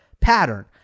pattern